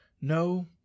No